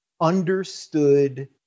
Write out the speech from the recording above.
understood